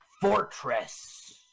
fortress